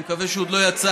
אני מקווה שהוא עוד לא יצא,